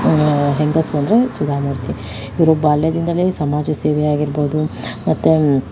ಹೆಂಗಸು ಅಂದರೆ ಸುಧಾಮೂರ್ತಿ ಇವರು ಬಾಲ್ಯದಿಂದಲೇ ಸಮಾಜ ಸೇವೆಯಾಗಿರ್ಬೋದು ಮತ್ತೆ